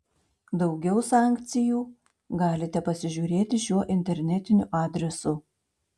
daugiau sankcijų galite pasižiūrėti šiuo internetiniu adresu